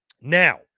Now